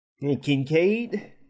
Kincaid